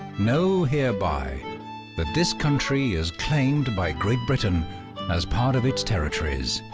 know hereby that this country is claimed by great britain as part of its territories